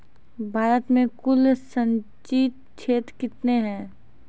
भारत मे कुल संचित क्षेत्र कितने हैं?